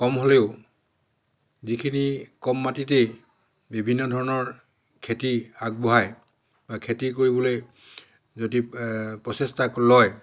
কম হ'লেও যিখিনি কম মাটিতেই বিভিন্ন ধৰণৰ খেতি আগবঢ়াই বা খেতি কৰিবলৈ যদি প্ৰচেষ্টা লয়